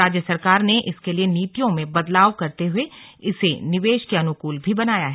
राज्य सरकार ने इसके लिये नीतियों में बदलाव करते हुए इसे निवेश के अनुकूल भी बनाया है